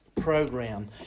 program